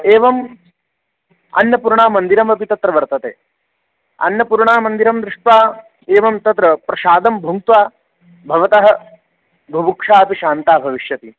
एवम् अन्नपूर्णामन्दिरमपि तत्र वर्तते अन्नपूर्णा मन्दिरं दृष्ट्वा एवं तत्र प्रसादं भुङ्क्त्वा भवतः बुभुक्षा अपि शान्ता भविष्यति